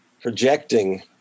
projecting